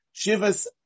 shivas